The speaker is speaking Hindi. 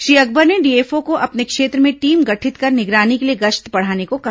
श्री अकबर ने डीएफओ को अपने क्षेत्र में टीम गठित कर निगरानी के लिए गश्त बढ़ाने को कहा